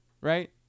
right